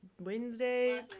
Wednesday